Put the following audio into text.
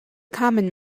common